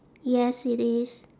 yes it is